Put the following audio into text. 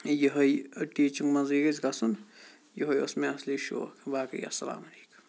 یِہے ٹیچِنٛگ منٛزے گَژھِ کَژھُن یُہے اوس مےٚ اَصلی شوق باقی اَسَلام علیکُم